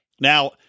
Now